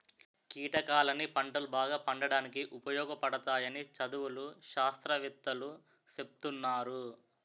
కీటకాలన్నీ పంటలు బాగా పండడానికి ఉపయోగపడతాయని చదువులు, శాస్త్రవేత్తలూ సెప్తున్నారు